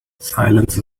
silence